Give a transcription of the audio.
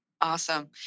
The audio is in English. Awesome